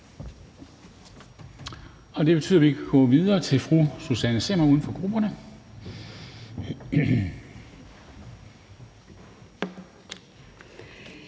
Det betyder, at vi kan gå videre til fru Susanne Zimmer, uden for grupperne.